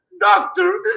doctor